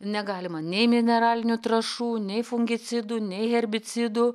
negalima nei mineralinių trąšų nei fungicidų nei herbicidų